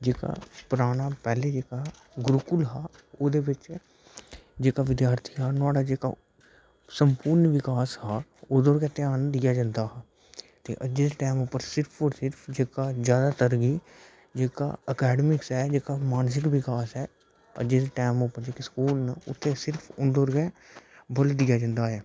जेह्का पराना पैह्लें जेह्का गुरूकुल हा ओह्दे बिच जेह्का विद्यार्थी हा नुहाड़ा जेह्का संपुर्ण विकास हा ओह्दे उप्पर गै ध्यान दित्ता जंदा हा ते अज्ज दे टैम पर सिर्फ होर सिर्फ जादैतर गी जेह्का अकैडमिक्स ऐ जेह्का मानसिक विकास ऐ अज्जै दै टैम पर जेह्के स्कूल न उत्थें सिर्फ उंदे पर गै बुलडिया जंदा ऐ